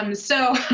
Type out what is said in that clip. um so.